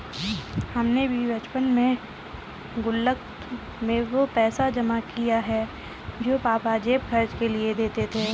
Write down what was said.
हमने भी बचपन में गुल्लक में वो पैसे जमा किये हैं जो पापा जेब खर्च के लिए देते थे